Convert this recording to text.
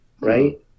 right